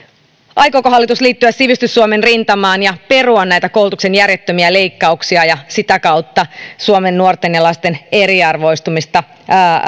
aikooko hallitus liittyä sivistys suomen rintamaan ja perua näitä koulutuksen järjettömiä leikkauksia ja sitä kautta suomen nuorten ja lasten eriarvoistumista